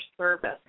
service